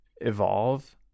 evolve